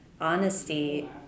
honesty